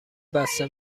بسته